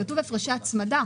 כתוב "הפרשי הצמדה".